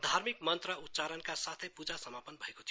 धार्मिक मन्त्र उच्चारणका साथै पूजा स्थापना भएको थियो